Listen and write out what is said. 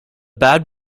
bad